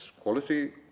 Quality